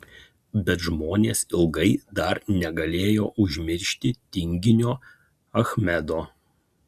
bet žmonės ilgai dar negalėjo užmiršti tinginio achmedo